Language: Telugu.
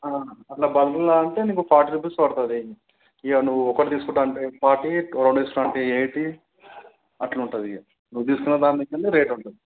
అట్లా బల్క్లో కావాలంటే నీకు ఫార్టీ రూపీస్ పడుతుంది ఇక నీకు ఒకటి తీసుకుంటా అంటే ఫార్టీ రెండు తీసుకుంటా అంటే ఎయిటీ అట్లా ఉంటుంది ఇక నువ్వు తీసుకునే దాని కింద రేట్ ఉంటుంది